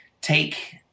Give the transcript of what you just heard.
take